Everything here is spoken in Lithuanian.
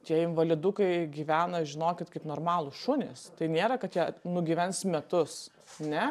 čia invalidukai gyvena žinokit kaip normalūs šunys tai nėra kad jie nugyvens metus ne